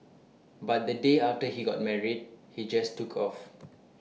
but the day after he got married he just took off